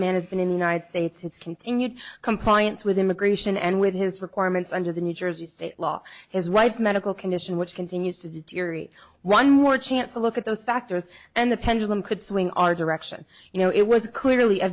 been in the united states it's continued compliance with immigration and with his requirements under the new jersey state law his wife's medical condition which continues to deteriorate one more chance to look at those factors and the pendulum could swing our direction you know it was clearly a